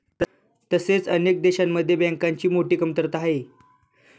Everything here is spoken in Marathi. तसेच अनेक देशांमध्ये बँकांची मोठी कमतरता आहे